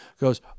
goes